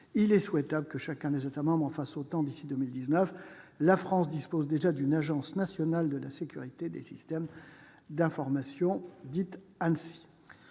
Il est souhaitable que chacun des États membres en fasse autant d'ici à 2019. La France dispose déjà d'une Agence nationale de la sécurité des systèmes d'information, l'ANSSI.